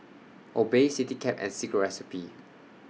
Obey Citycab and Secret Recipe